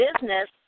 business